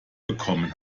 bekommen